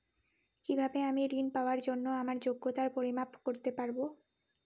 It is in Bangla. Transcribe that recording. কিভাবে আমি ঋন পাওয়ার জন্য আমার যোগ্যতার পরিমাপ করতে পারব?